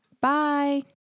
Bye